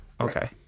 Okay